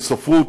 של ספרות,